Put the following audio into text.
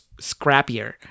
scrappier